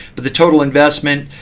but the total investment,